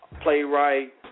playwright